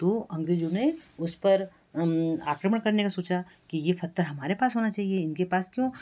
तो अंग्रेजों ने उस पर आक्रमण करने का सोचा कि यह पत्थर हमारे पास होना चाहिए इनके पास क्यों